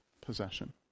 possession